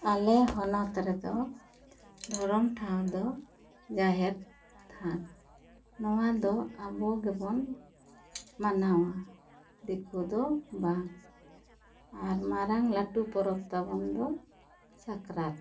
ᱟᱞᱮ ᱦᱚᱱᱚᱛ ᱨᱮ ᱫᱚ ᱫᱷᱚᱨᱚᱢ ᱴᱷᱟᱶ ᱫᱚ ᱡᱟᱦᱮᱨ ᱛᱷᱟᱱ ᱱᱚᱣᱟ ᱫᱚ ᱟᱵᱚ ᱜᱮᱵᱚᱱ ᱢᱟᱱᱟᱣᱟ ᱫᱤᱠᱩ ᱫᱚ ᱵᱟᱝ ᱟᱨ ᱢᱟᱨᱟᱝ ᱞᱟᱹᱴᱩ ᱯᱚᱨᱚᱵᱽ ᱛᱟᱵᱚᱱ ᱫᱚ ᱥᱟᱠᱨᱟᱛ